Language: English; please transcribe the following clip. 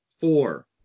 four